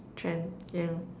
trend yeah